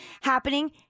happening